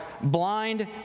blind